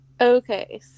Okay